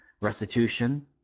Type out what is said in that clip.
restitution